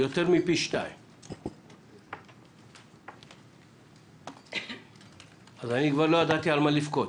מפי 2. אני לא ידעתי על מה לבכות